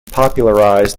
popularized